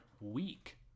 week